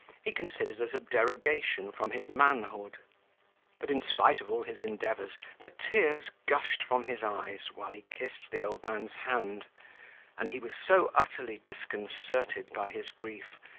he considered as a derogation from his manhood but, in spite of all his endeavours, the tears gushed from his eyes, while he kissed the old man's hand and he was so utterly disconcerted by his grief,